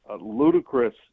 ludicrous